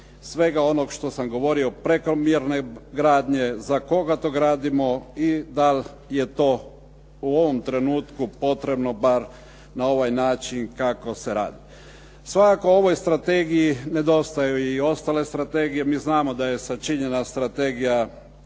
svega onog što sam govorio, prekomjerne gradnje, za koga to gradimo i dal' je to u ovom trenutku potrebno bar na ovaj način kako se radi. Svakako, ovoj strategiji nedostaju i ostale strategije. Mi znamo da je sačinjena strategija